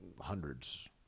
hundreds